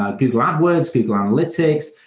ah google ah adwords, google analytics,